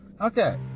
okay